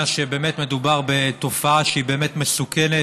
שבאמת מדובר בתופעה שהיא באמת מסוכנת.